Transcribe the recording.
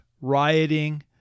rioting